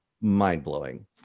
mind-blowing